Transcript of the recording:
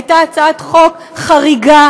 הייתה הצעת חוק חריגה,